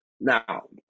Now